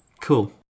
cool